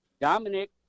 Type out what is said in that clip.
Dominic